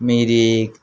Mirik